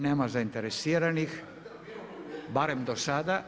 Nema zainteresiranih barem do sada.